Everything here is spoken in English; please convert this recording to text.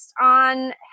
on